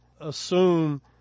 assume